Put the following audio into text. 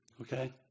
Okay